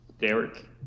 Derek